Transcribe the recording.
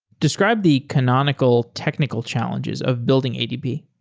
describe the canonical technical challenges of building adp